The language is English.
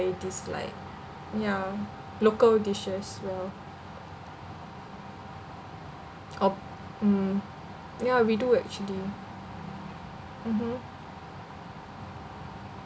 dislike ya local dishes ya o~ mm ya we do actually mmhmm